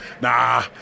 nah